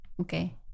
okay